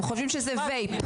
הם חושבים שזה וויפ,